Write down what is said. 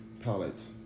palettes